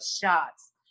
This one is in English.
shots